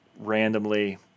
randomly